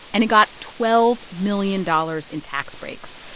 and it got twelve million dollars in tax breaks.